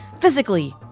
physically